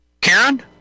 Karen